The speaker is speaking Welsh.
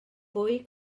fwy